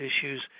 issues